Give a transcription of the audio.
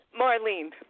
Marlene